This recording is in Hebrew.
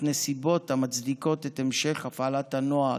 נסיבות המצדיקות את המשך הפעלת הנוהל.